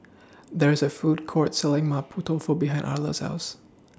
There IS A Food Court Selling Mapo Tofu behind Arla's House